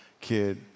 kid